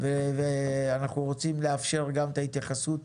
ואנחנו רוצים לאפשר גם את ההתייחסות